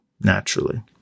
naturally